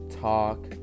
talk